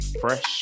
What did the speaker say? fresh